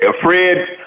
Fred